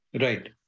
Right